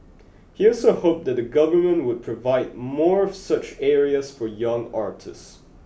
he also hoped that the government would provide more of such areas for young artists